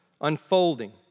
unfolding